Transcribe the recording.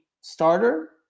starter